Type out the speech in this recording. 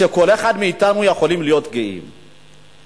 שכל אחד מאתנו יכול להיות גאה בה.